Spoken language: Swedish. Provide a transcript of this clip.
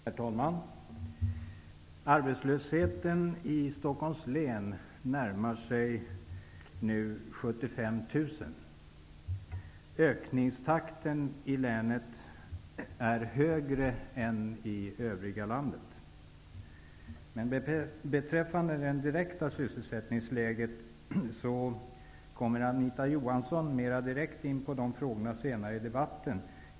Herr talman! Antalet arbetslösa i Stockholms län närmar sig nu 75 000. Ökningstakten är högre än i det övriga landet. Anita Johansson kommer senare i debatten att närmare gå in på det direkta sysselsättningsläget.